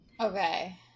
Okay